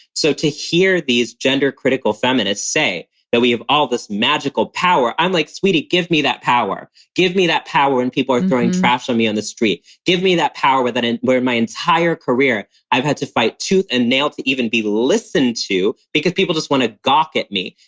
so to hear these gender critical feminists say that we have all this magical power, i'm like, sweetie, give me that power, give me that power when and people are throwing trash on me on the street. give me that power with that, and where my entire career i've had to fight tooth and nail to even be listened to because people just want to gawk at me.